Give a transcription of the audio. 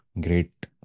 great